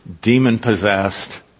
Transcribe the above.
demon-possessed